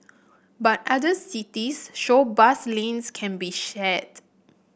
but other cities show bus lanes can be shared